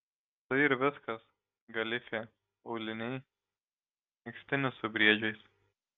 štai ir viskas galifė auliniai megztinis su briedžiais